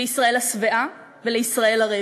לישראל השבעה ולישראל הרעבה.